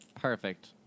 Perfect